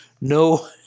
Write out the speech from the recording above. No